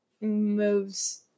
moves